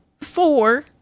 four